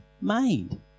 made